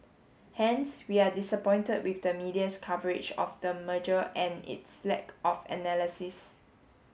hence we are disappointed with the media's coverage of the merger and its lack of analysis